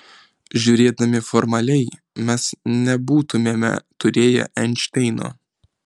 žiūrėdami formaliai mes nebūtumėme turėję einšteino